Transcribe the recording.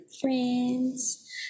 friends